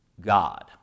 God